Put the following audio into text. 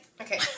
Okay